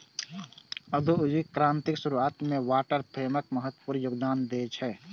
औद्योगिक क्रांतिक शुरुआत मे वाटर फ्रेमक महत्वपूर्ण योगदान छै